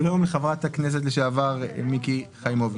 שלום לחברת הכנסת לשעבר מיקי חיימוביץ.